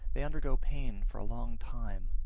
they undergo pain for a long time,